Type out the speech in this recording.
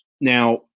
Now